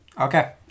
Okay